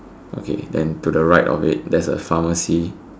okay then to the right of it there's a pharmacy